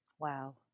Wow